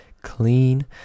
clean